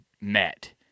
met